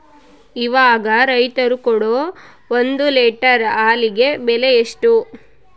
ಇವಾಗ ರೈತರು ಕೊಡೊ ಒಂದು ಲೇಟರ್ ಹಾಲಿಗೆ ಬೆಲೆ ಎಷ್ಟು?